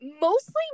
mostly